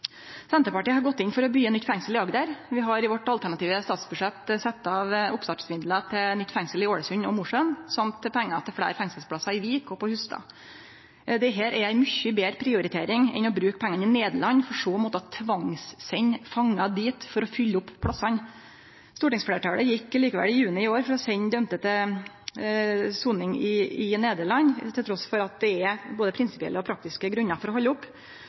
Senterpartiet har gått inn for å byggje nytt fengsel i Agder. Vi har i vårt alternative statsbudsjett sett av oppstartsmidlar til nytt fengsel i Ålesund og Mosjøen, samt pengar til fleire fengselsplassar i Vik og på Hustad. Dette er ei mykje betre prioritering enn å bruke pengane i Nederland for så å måtte tvangssende fangar dit for å fylle opp plassane. Stortingsfleirtalet gjekk likevel i juni i år inn for å sende dømde til soning i Nederland, trass at det er både prinsipielle og praktiske grunnar for å halde opp.